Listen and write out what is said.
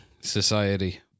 society